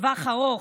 בטווח ארוך,